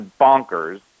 bonkers